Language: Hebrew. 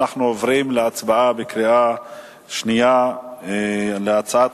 אנחנו עוברים להצבעה בקריאה שנייה על הצעת